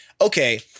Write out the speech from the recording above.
okay